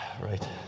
right